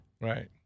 Right